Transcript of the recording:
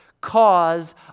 cause